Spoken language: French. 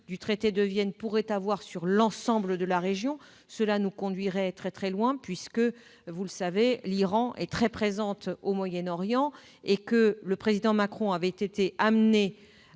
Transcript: du traité de Vienne pourrait avoir sur l'ensemble de la région. Cela nous conduirait très loin, puisque l'Iran est très influent au Moyen-Orient. Le président Macron a été amené